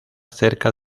cerca